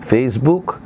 Facebook